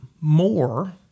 more